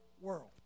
world